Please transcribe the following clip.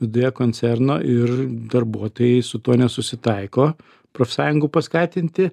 viduje koncerno ir darbuotojai su tuo nesusitaiko profsąjungų paskatinti